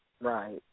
Right